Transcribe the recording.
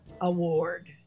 Award